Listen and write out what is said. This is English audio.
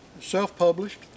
self-published